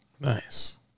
Nice